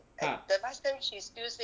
ha